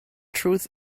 truth